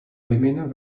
women